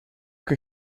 que